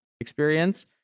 experience